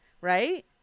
right